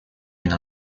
been